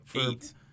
Eight